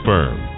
Firm